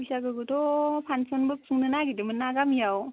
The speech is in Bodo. बैसागुबोथ' फान्सनबो खुंनो नागिरदोंमोनना गामियाव